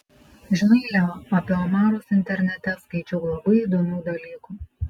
žinai leo apie omarus internete skaičiau labai įdomių dalykų